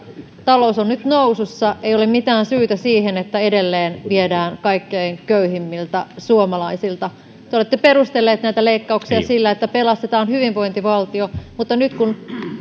talous on nyt nousussa ei ole mitään syytä siihen että edelleen viedään kaikkein köyhimmiltä suomalaisilta te olette perustelleet näitä leikkauksia sillä että pelastetaan hyvinvointivaltio mutta nyt kun